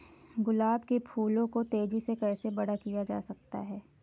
गुलाब के फूलों को तेजी से कैसे बड़ा किया जा सकता है?